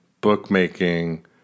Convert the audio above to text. bookmaking